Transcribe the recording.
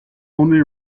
only